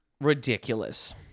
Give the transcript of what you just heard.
Ridiculous